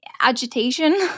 agitation